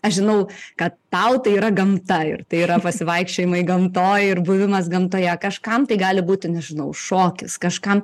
aš žinau kad tau tai yra gamta ir tai yra pasivaikščiojimai gamtoj ir buvimas gamtoje kažkam tai gali būti nežinau šokis kažkam